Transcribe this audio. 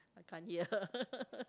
I can't hear